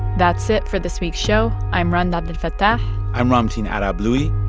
that's it for this week's show. i'm rund abdelfatah i'm ramtin arablouei.